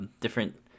different